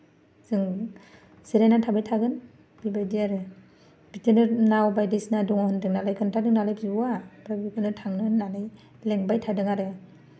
जों जिरायना थाबाय थागोन बेबायदि आरो बिदिनो नाव बायदिसिना दङ होनदों नालाय खोन्थादों नालाय बिब'आ ओमफ्राय बेखौनो थांनो होननानै लेंबाय थादों आरो